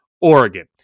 Oregon